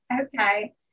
Okay